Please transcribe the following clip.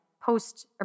post